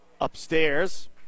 upstairs